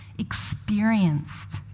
experienced